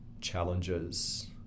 challenges